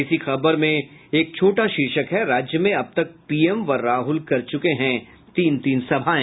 इसी खबर में एक छोटा शीर्षक है राज्य में अब तक पीएम व राहुल कर चुके हैं तीन तीन सभायें